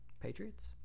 Patriots